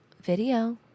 video